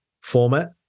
format